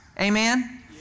Amen